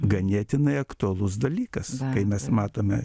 ganėtinai aktualus dalykas kai mes matome